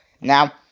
Now